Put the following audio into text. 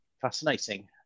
Fascinating